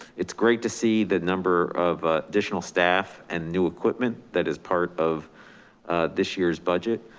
it's great to see the number of additional staff and new equipment that is part of this year's budget.